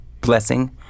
blessing